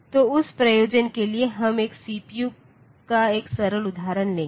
तो उस प्रयोजन के लिए हम एक सीपीयू का एक सरल उदाहरण लेंगे